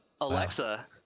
Alexa